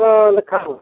ହଁ ଲେଖାହେବ